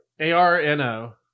arno